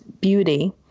beauty